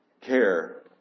care